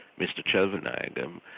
mr chelvanayakam,